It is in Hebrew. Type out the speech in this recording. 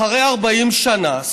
אחרי 40 שנה,